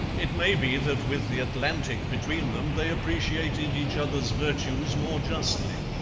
it may be that with the atlantic between them they appreciated each other's virtues more justly.